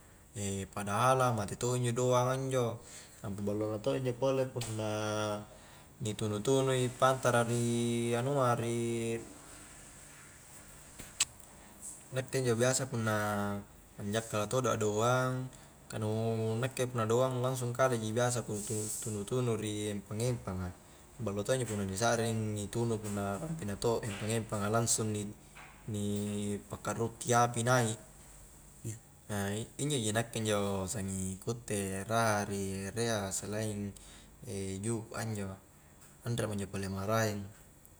padahala mate to' njo doang njo nampa ballo na to' injo pole punna ni tunu-tunu i pantara ri anua ri nakke injo biasa punna anjakkala todo a doang ka nu nakke punna doang langsung kale ji biasa ku tunu-tunu ri empangempang a ballo to' injo disakring ditunu punna rampi'na to pangempanga langsung ni-langsung ni pakkarukki api naik injo ji nakke injo sanging ku utte raha ri erea selaing juku' anjo anre mo pole maraeng